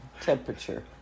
Temperature